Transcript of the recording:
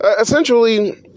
essentially